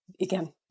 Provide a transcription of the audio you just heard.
again